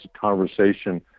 conversation